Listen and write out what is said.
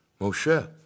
Moshe